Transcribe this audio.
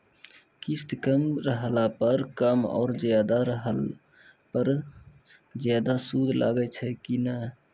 किस्त कम रहला पर कम और ज्यादा रहला पर ज्यादा सूद लागै छै कि नैय?